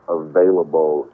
available